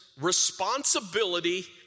responsibility